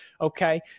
Okay